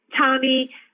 Tommy